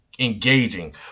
engaging